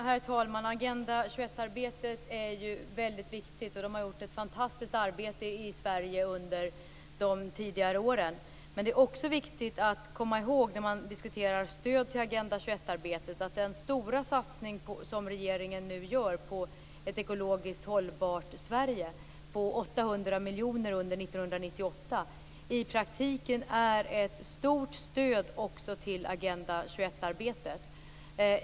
Herr talman! Agenda 21-arbetet är ju väldigt viktigt, och man har under tidigare år i Sverige gjort ett fantastiskt arbete. Men det är när man diskuterar stöd till Agenda 21-arbetet också viktigt att komma ihåg att den stora satsning som regeringen nu gör på ett ekologiskt hållbart Sverige, till en kostnad av 800 miljoner under 1998, i praktiken är ett stort stöd också till Agenda 21-arbetet.